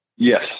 Yes